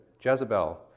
Jezebel